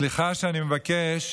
סליחה שאני מבקש,